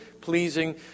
pleasing